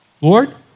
Lord